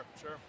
sure